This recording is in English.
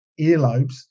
earlobes